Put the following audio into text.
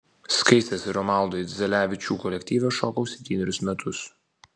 skaistės ir romaldo idzelevičių kolektyve šokau septynerius metus